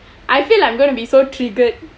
I feel I'm going to be so triggered